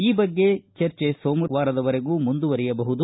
ಈ ಬಗ್ಗೆ ಚರ್ಚೆ ಸೋಮವಾರದವರೆಗೂ ಮುಂದುವರೆಯಬಹುದು